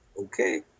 Okay